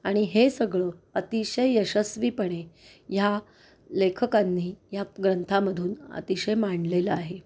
आणि हे सगळं अतिशय यशस्वीपणे ह्या लेखकांनी या ग्रंथामधून अतिशय मांडलेलं आहे